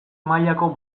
mailako